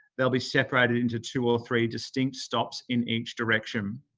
they will be separated into two or three distinct stops in each direction.